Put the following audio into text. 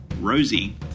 Rosie